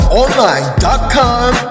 online.com